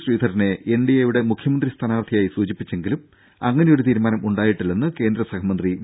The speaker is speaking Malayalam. ശ്രീധരനെ എൻഡിഎ യുടെ മുഖ്യമന്ത്രി സ്ഥാനാർത്ഥിയായി സൂചിപ്പിച്ചെങ്കിലും അങ്ങനെയൊരു തീരുമാനം ഉണ്ടായിട്ടില്ലെന്ന് കേന്ദ്ര സഹമന്ത്രി വി